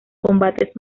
combates